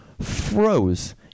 froze